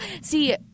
See